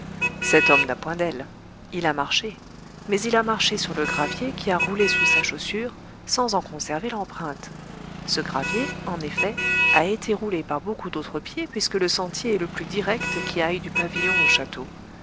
cet homme n'a point d'ailes il a marché mais il a marché sur le gravier qui a roulé sous sa chaussure sans en conserver l'empreinte ce gravier en effet a été roulé par beaucoup d'autres pieds puisque le sentier est le plus direct qui aille du pavillon au château